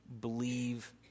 believe